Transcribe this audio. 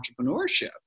entrepreneurship